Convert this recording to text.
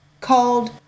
called